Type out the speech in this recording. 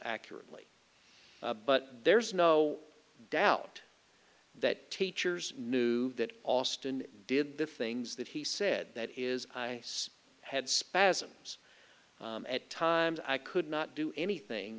accurately but there's no doubt that teachers knew that austin did the things that he said that is i had spasms at times i could not do anything